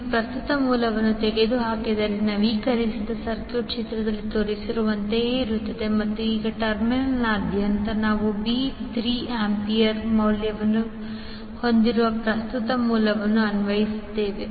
ನೀವು ಪ್ರಸ್ತುತ ಮೂಲವನ್ನು ತೆಗೆದುಹಾಕಿದರೆ ನವೀಕರಿಸಿದ ಸರ್ಕ್ಯೂಟ್ ಚಿತ್ರದಲ್ಲಿ ತೋರಿಸಿರುವಂತೆಯೇ ಇರುತ್ತದೆ ಮತ್ತು ಈಗ ಟರ್ಮಿನಲ್ನಾದ್ಯಂತ ನಾವು ಬಿ 3 ಆಂಪಿಯರ್ ಮೌಲ್ಯವನ್ನು ಹೊಂದಿರುವ ಪ್ರಸ್ತುತ ಮೂಲವನ್ನು ಅನ್ವಯಿಸುತ್ತೇವೆ